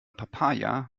papaya